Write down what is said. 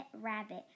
Rabbit